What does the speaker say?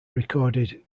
recorded